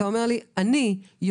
אתה אומר לי: אני יודע,